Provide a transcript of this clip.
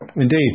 Indeed